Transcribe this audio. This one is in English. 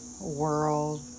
world